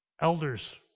elders